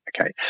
Okay